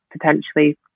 potentially